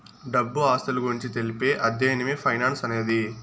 డబ్బు ఆస్తుల గురించి తెలిపే అధ్యయనమే ఫైనాన్స్ అనేది